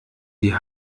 die